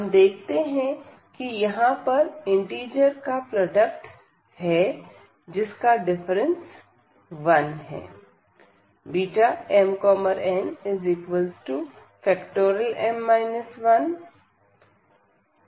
हम देखते हैं कि यहां पर इंटिजर का प्रोडक्ट है जिसका डिफरेंस 1 है